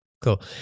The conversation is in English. cool